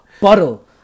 bottle